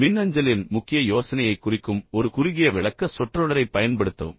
மின்னஞ்சலின் முக்கிய யோசனையை குறிக்கும் ஒரு குறுகிய விளக்க சொற்றொடரைப் பயன்படுத்தவும்